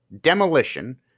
demolition